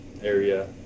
area